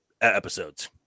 episodes